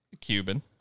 Cuban